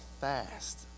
fast